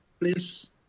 please